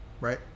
right